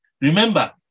Remember